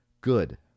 good